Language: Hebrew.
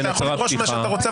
אתה יכול לדרוש מה שאתה רוצה,